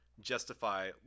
justify –